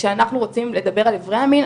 וכשאנחנו רוצים לדבר על איברי המין,